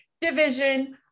division